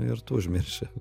ir tu užmirši